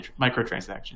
microtransactions